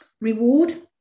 reward